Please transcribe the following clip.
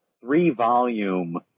three-volume